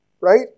Right